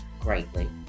greatly